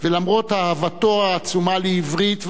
ולמרות אהבתו העצומה לעברית,